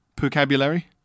Vocabulary